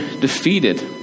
defeated